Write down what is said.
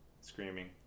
screaming